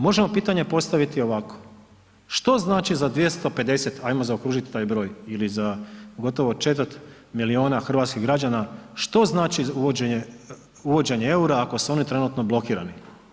Možemo pitanje postaviti ovako, što znači za 250, ajmo zaokružiti taj broj ili za gotovo četvrt milijuna hrvatskih građana što znači uvođenje eura ako su oni trenutno blokirani?